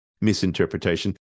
misinterpretation